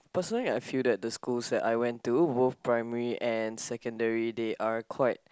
personally I feel that the school that I went to both primary and secondary they are quite